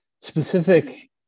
specific